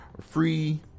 free